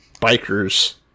bikers